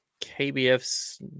KBF's